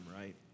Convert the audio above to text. right